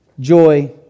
Joy